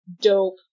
dope